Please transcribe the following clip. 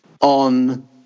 on